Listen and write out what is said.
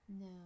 No